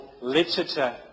literature